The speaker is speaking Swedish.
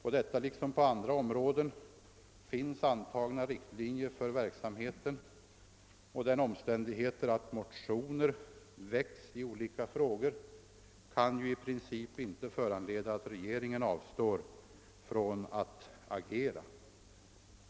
På detta liksom på andra områden finns antagna riktlinjer för verksamheten, och den omständigheten att motioner väckts i olika frågor kan i princip inte föranleda att regeringen avstår från att agera.